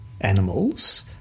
animals